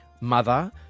Mother